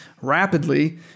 rapidly